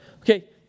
Okay